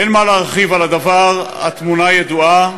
אין מה להרחיב על הדבר, התמונה ידועה,